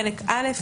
חלק א',